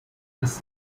this